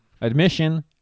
admission